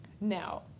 Now